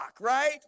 right